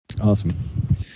awesome